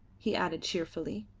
he added cheerfully,